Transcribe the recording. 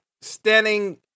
standing